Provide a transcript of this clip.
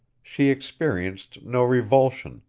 she experienced no revulsion,